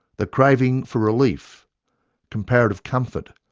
the craving for relief comparative comfort,